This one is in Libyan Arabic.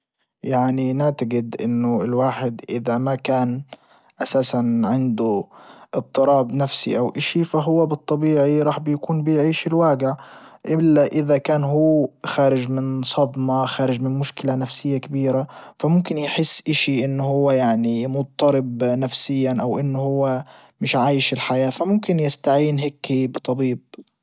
يعني نعتجد انه الواحد اذا ما كان اساسا عنده اضطراب نفسي او اشي فهو بالطبيعي راح بيكون بيعيش الواجع الا اذا كان هو خارج من صدمة خارج من مشكلة نفسية كبيرة فممكن يحس اشي انه هو يعني مضطرب نفسيا او ان هو مش عايش الحياة فممكن يستعين هيكي بطبيب.